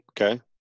Okay